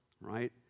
right